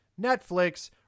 Netflix